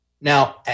now